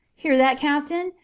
hear that, captain?